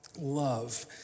love